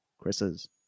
Chris's